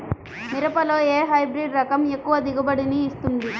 మిరపలో ఏ హైబ్రిడ్ రకం ఎక్కువ దిగుబడిని ఇస్తుంది?